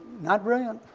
not brilliant.